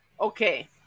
okay